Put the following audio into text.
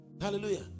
Hallelujah